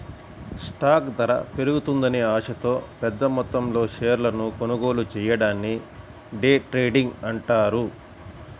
stock ధర పెరుగుతుందనే ఆశతో పెద్దమొత్తంలో షేర్లను కొనుగోలు చెయ్యడాన్ని డే ట్రేడింగ్ అంటారు